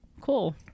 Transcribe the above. cool